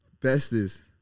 bestest